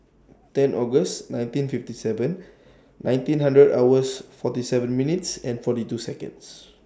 ten August nineteen fifty seven nineteen hundred hours forty seven minutes and forty two Seconds